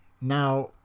Now